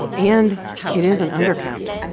and it is an undercount.